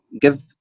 give